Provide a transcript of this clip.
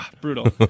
brutal